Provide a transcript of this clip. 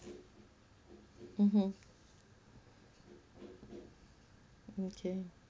mmhmm okay